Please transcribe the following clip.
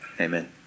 Amen